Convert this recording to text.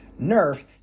nerf